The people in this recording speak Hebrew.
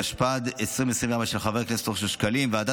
התשפ"ד 2024, של חבר הכנסת אושר שקלים.